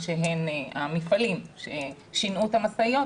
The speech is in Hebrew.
המפעלים ששינעו את המשאיות